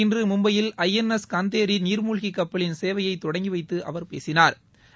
இன்று மும்பையில் I N S Khanderi நீா்மூழ்கி கப்பலின் சேவையை தொடங்கி வைத்து அவாட் பேசினாா்